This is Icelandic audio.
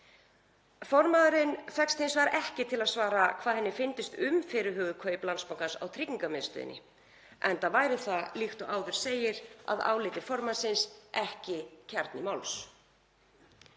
Formaðurinn fékkst hins vegar ekki til að svara hvað henni fyndist um fyrirhuguð kaup Landsbankans á Tryggingamiðstöðinni. Enda væri það, líkt og áður segir að áliti formannsins, ekki kjarni máls.